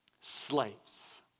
slaves